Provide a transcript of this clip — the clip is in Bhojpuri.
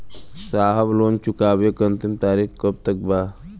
साहब लोन चुकावे क अंतिम तारीख कब तक बा?